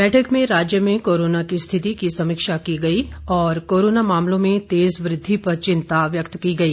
बैठक में राज्य में कोरोना की स्थिति की समीक्षा की गई और कोरोना मामलों में तेज वृद्वि पर चिंता व्यक्त की गई